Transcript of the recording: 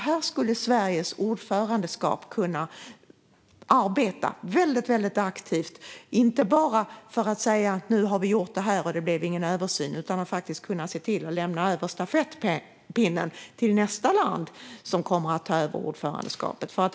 Här skulle Sverige som ordförandeland kunna arbeta aktivt, inte bara för att säga att vi nu har gjort detta och det blev ingen översyn utan för att se till att lämna över stafettpinnen till nästa ordförandeland.